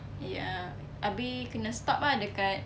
ya abeh kena stop ah dekat